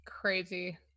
Crazy